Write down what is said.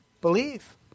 Believe